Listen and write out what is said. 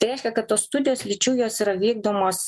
tai reiškia kad tos studijos lyčių jos yra vykdomos